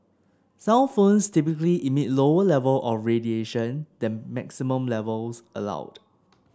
cellphones typically emit lower level of radiation than maximum levels allowed